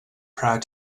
proud